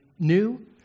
new